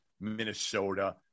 Minnesota